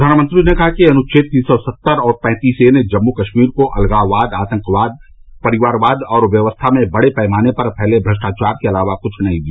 प्रधानमंत्री ने कहा कि अनुछेद तीन सौ सत्तर और पैंतीस ए ने जम्मू कश्मीर को अलगाववाद आतंकवाद परिवारवाद और व्यवस्था में बड़े पैमाने पर फैले भ्रष्टावार के अलावा कृछ नहीं दिया